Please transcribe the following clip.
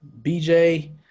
BJ